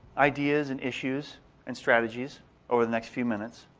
ideas and issues and strategies over the next few minutes,